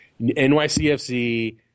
NYCFC